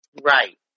Right